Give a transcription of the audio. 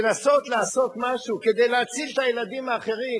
לנסות לעשות משהו כדי להציל את הילדים האחרים.